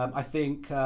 um i think,